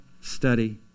study